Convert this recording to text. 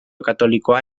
katolikoa